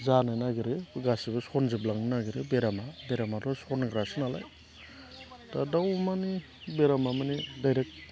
जानो नागिरो गासैबो सनजोबलांनो नागिरो बेरामा बेरामाथ' सनग्रासो नालाय दा दाउ अमानि बेरामा माने दायरेक्ट